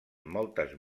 moltes